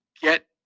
get